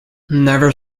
never